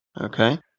Okay